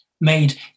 made